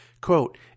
Quote